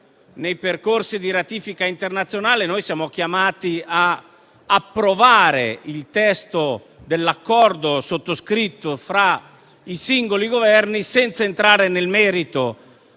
nei percorsi di ratifica internazionale noi siamo chiamati ad approvare il testo dell'accordo sottoscritto fra i singoli Governi senza entrare nel merito,